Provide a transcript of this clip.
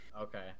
Okay